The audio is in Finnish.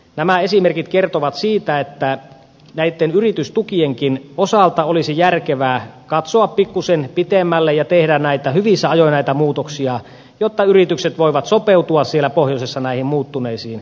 nämä esimerkit kertovat siitä että näitten yritystukienkin osalta olisi järkevää katsoa pikkuisen pitemmälle ja tehdä hyvissä ajoin näitä muutoksia jotta yritykset siellä pohjoisessa voivat sopeutua näihin muuttuneisiin olosuhteisiin